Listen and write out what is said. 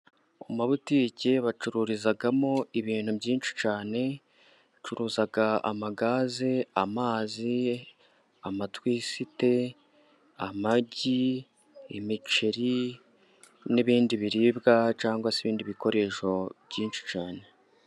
Mu mabutike bacururizamo ibintu byinshi cyane, bacuruza amagaze, amazi, amatwisite, amagi, imiceri n'ibindi biribwa cyangwa ibindi bikoresho byinshi cyane.